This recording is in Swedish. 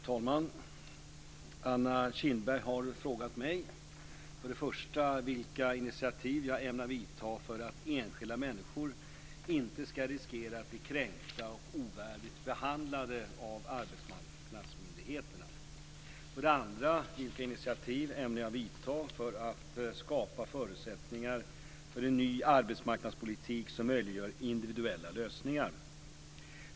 Herr talman! Anna Kinberg har frågat mig för det första vilka initiativ jag ämnar vidta för att enskilda människor inte ska riskera att bli kränkta och ovärdigt behandlade av arbetsmarknadsmyndigheterna, för det andra vilka initiativ jag ämnar vidta för att skapa förutsättningar för en ny arbetsmarknadspolitik som möjliggör individuella lösningar.